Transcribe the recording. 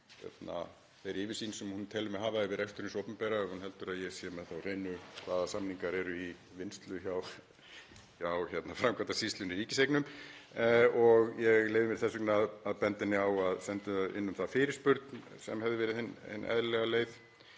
að þeirri yfirsýn sem hún telur mig hafa yfir rekstur hins opinbera, ef hún heldur að ég sé með það á hreinu hvaða samningar eru í vinnslu hjá Framkvæmdasýslunni – Ríkiseignum, og ég leyfi mér þess vegna að benda henni á að senda inn um það fyrirspurn sem hefði verið hin eðlilega leið.